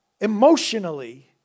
emotionally